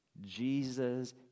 Jesus